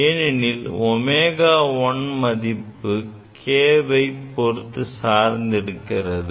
ஏனெனில் omega 1 மதிப்பு k வை சார்ந்திருக்கிறது